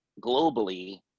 globally